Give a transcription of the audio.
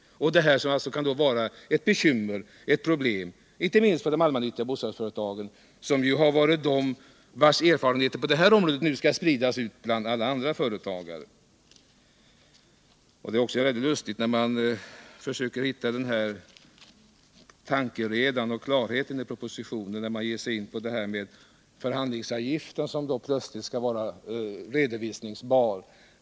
Det här är ett problem inte minst för de allmännyttiga bostadsföretagen. vilkas erfarenheter på det här området nu skall spridas ut till alla andra företagare. Det är också svårt att hitta någon tankereda och klarhet i propositionen när den ger sig in på förhandlingsavgiften, som plötsligt föreslås bli redovisningsbar.